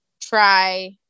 try